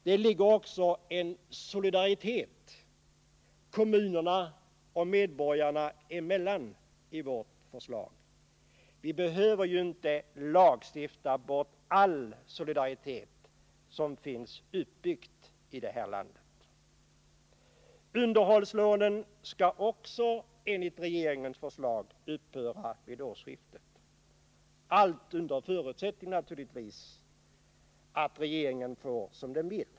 Det ligger också en solidaritet kommunerna och medborgarna emellan i vårt förslag. Vi behöver ju inte lagstifta bort all solidaritet som finns uppbyggd i det här landet! Underhållslånen skall också, enligt regeringens förslag. upphöra vid årsskiftet, allt naturligtvis under förutsättning att regeringen får som den vill.